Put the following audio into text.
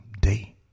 day